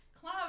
Cloud